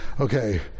okay